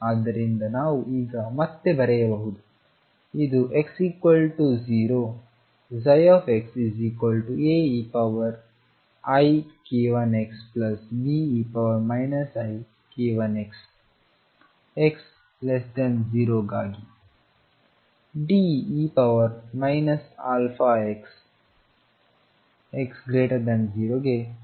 ಆದ್ದರಿಂದ ನಾವು ಈಗ ಮತ್ತೆ ಬರೆಯಬಹುದು ಇದುx0 xAeik1xBe ik1x x 0 ಗಾಗಿ D e αx x 0 ಗೆ ಸಮಾನವಾಗಿರುತ್ತದೆ